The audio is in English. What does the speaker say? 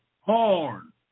horn